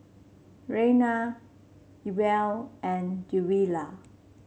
Raina Ewell and Twila